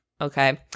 Okay